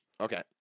Okay